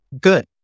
good